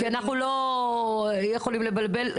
כי אנחנו לא יכולים לבלבל.